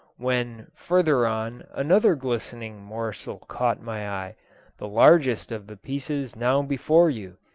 when, further on, another glittering morsel caught my eye the largest of the pieces now before you.